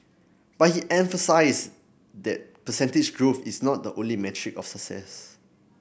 but he emphasised that percentage growth is not the only metric of success